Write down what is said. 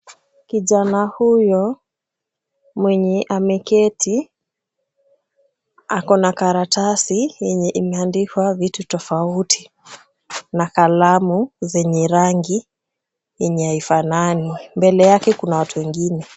Kijana huyo mwenye ameketi ako na karatasi yenye imeandikwa vitu tofauti na kalamu zenye rangi yenye haifanani. Mbele yake kuna watu wengine.